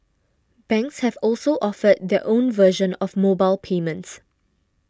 banks have also offered their own version of mobile payments